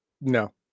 No